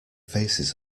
faces